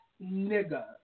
nigga